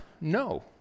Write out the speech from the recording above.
no